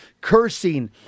cursing